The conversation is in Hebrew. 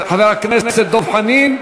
חבר הכנסת דב חנין,